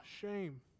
shame